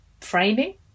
framing